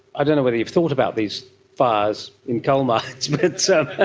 i don't know whether you've thought about these fires in coal um ah so ah